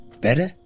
Better